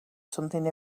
something